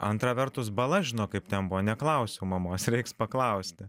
antra vertus bala žino kaip ten buvo neklausiau mamos reiks paklausti